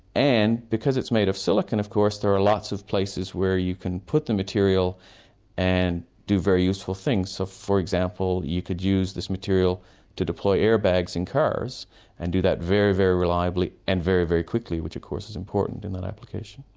and because it's made of silicon of course there are lots of places where you can put the material and do very useful things. so for example you could use this material to deploy air bags in cars and do that very very reliably and very very quickly, which of course is important in that application.